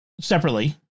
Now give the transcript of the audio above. separately